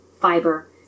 fiber